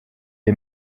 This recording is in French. est